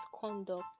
conduct